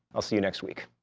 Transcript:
i'll see you next week.